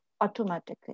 automatically